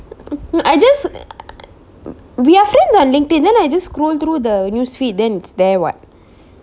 I just we are friends on LinkedIn then I just scroll through the news feed then it's there [what]